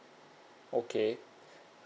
okay